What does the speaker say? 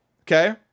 Okay